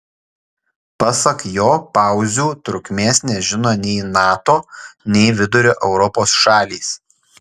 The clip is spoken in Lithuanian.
pasak jo pauzių trukmės nežino nei nato nei vidurio europos šalys